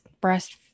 Breast